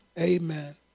Amen